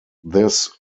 this